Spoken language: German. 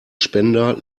spender